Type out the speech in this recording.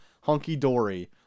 hunky-dory